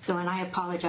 so and i apologize